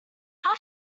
how